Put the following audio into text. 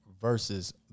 versus